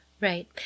Right